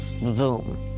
boom